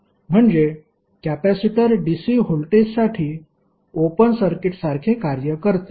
म्हणजे capacitor DC व्होल्टेजसाठी open सर्किटसारखे कार्य करते